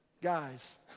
guys